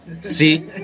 see